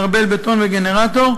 מערבל בטון וגנרטור,